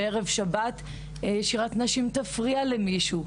בערב שבת שירת נשים תפריע למישהו.